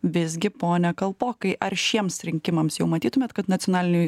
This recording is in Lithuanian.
visgi pone kalpokai ar šiems rinkimams jau matytumėt kad nacionaliniui